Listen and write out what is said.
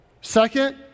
second